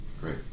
Great